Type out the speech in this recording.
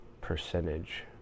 percentage